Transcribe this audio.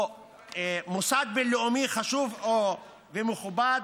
או מוסד בין-לאומי ומכובד,